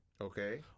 okay